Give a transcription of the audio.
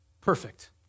perfect